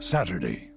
Saturday